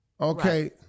Okay